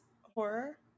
horror